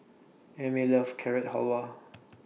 Amie loves Carrot Halwa